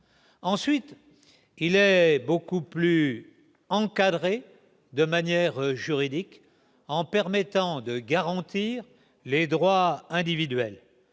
ensuite il est beaucoup plus encadré de manière juridique en permettant de garantir les droits individuels,